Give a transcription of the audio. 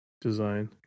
design